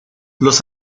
los